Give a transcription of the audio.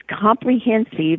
comprehensive